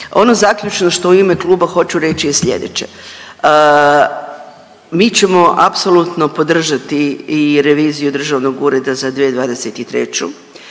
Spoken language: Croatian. Ono zaključno što u ime kluba hoću reći je slijedeće. Mi ćemo apsolutno podržati i reviziju Državnog ureda za 2023.